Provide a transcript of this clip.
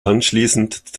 anschließend